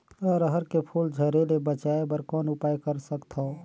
अरहर के फूल झरे ले बचाय बर कौन उपाय कर सकथव?